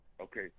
Okay